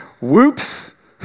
Whoops